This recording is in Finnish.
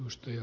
lusty